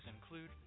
include